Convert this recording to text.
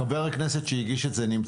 חבר הכנסת שהגיש את זה נמצא?